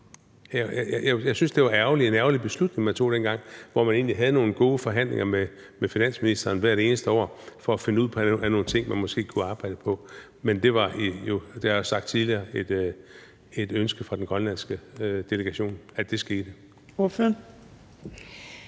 Jeg synes, det var en ærgerlig beslutning, man tog dengang, hvor man egentlig havde nogle gode forhandlinger med finansministeren hvert eneste år for at finde ud af nogle ting, man måske kunne arbejde på, men det var jo, og det har jeg også sagt tidligere, et ønske fra den grønlandske delegations side at det skete.